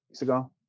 ago